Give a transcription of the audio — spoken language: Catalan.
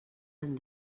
han